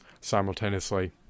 simultaneously